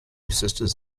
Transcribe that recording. sisters